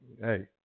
hey